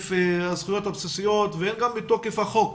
מתוקף הזכויות הבסיסיות וגם מתוקף החוק,